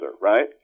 right